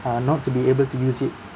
uh not to be able to use it